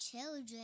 children